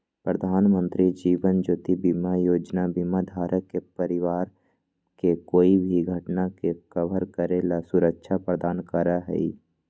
प्रधानमंत्री जीवन ज्योति बीमा योजना बीमा धारक के परिवार के कोई भी घटना के कवर करे ला सुरक्षा प्रदान करा हई